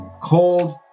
cold